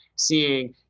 seeing